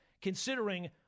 considering